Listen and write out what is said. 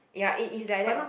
ya it is like that uh